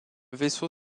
vaisseau